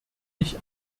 ich